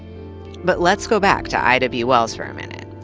but let's go back to ida b. wells for a minute.